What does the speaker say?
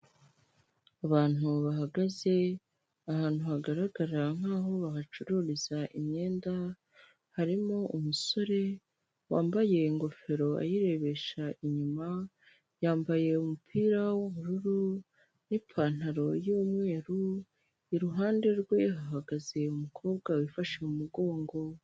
Abantu bahagaze ahantu hagaragara nkaho bahacururiza imyenda, harimo umusore wambaye ingofero ayirebesha inyuma, yambaye umupira w'ubururu n'ipantaro y'umweru iruhande rwe hahagaze umukobwa wifashe mu mugongo.